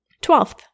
Twelfth